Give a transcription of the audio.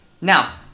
now